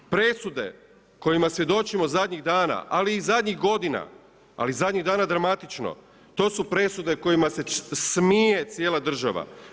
Presude kojima svjedočimo zadnjih dana ali i zadnjih godina, ali zadnjih dana dramatično, to su presude kojima se smije cijela država.